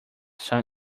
sun